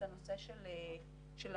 את הנושא של אנשים